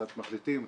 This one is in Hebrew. הצעת מחליטים,